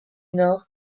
nord